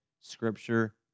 scripture